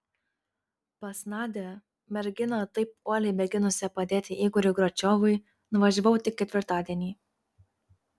pas nadią merginą taip uoliai mėginusią padėti igoriui gračiovui nuvažiavau tik ketvirtadienį